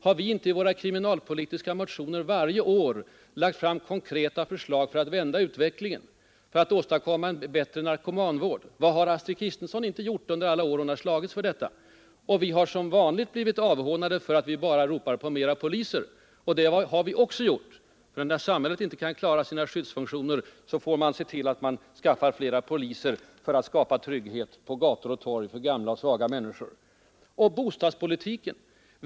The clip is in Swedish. Har vi inte i våra kriminalpolitiska motioner varje år lagt fram konkreta förslag för att vända utvecklingen och för att åstadkomma en bättre narkomanvård? Vad har inte Astrid Kristensson gjort under alla de år hon har slagits för detta? Vi har som vanligt blivit avhånade för att vi bara ropar på flera poliser. Det har vi också gjort, för när samhället inte kan klara sina kriminalvårdsproblem får man se till att man skaffar flera poliser för att skapa trygghet på gator och torg främst för gamla och svaga människor.